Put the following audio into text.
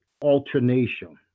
Alternation